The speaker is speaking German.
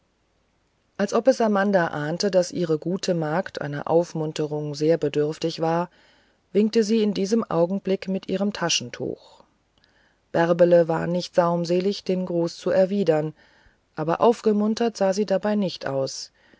als ob es amanda ahnte daß ihre gute magd einer aufmunterung sehr bedürftig war winkte sie in diesem augenblick mit ihrem taschentuch bärbele war nicht saumselig den gruß zu erwidern aber aufgemuntert sah sie dabei nicht aus